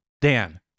Dan